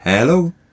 Hello